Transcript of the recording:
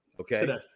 Okay